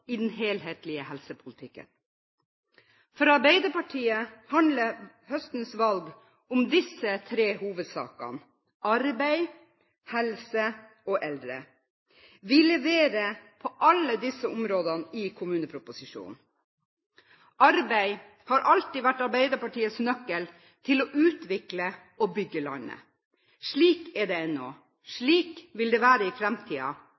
i den helhetlige helsepolitikken. For Arbeiderpartiet handler høstens valg om disse tre hovedsakene: arbeid, helse og eldre. Vi leverer på alle disse områdene i kommuneproposisjonen. Arbeid har alltid vært Arbeiderpartiets nøkkel til å utvikle og bygge landet. Slik er det ennå, og slik vil det være i